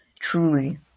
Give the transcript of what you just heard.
truly